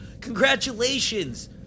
Congratulations